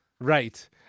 Right